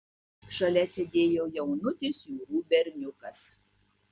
šalia sėdėjo jaunutis jurų berniukas